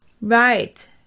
right